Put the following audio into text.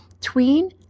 Tween